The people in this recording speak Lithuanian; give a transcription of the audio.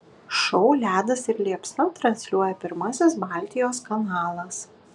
šou ledas ir liepsna transliuoja pirmasis baltijos kanalas